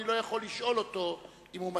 אני לא יכול לשאול אותו אם הוא מסכים.